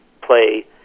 play